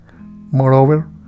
moreover